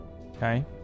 Okay